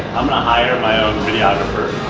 i'm gonna hire my own videographer.